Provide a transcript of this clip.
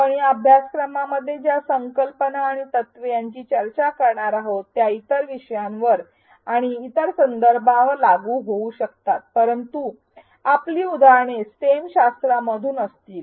आपण या अभ्यासक्रमामध्ये ज्या संकल्पना आणि तत्त्वे यांची चर्चा करणार आहोत त्या इतर विषयांवर आणि इतर संदर्भांवर लागू होऊ शकतात परंतु आपली उदाहरणे स्टेम शास्त्रामधून असतील